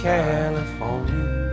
California